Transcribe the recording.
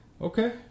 Okay